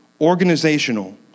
organizational